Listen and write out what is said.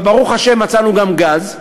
אבל ברוך השם מצאנו גם גז.